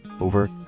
over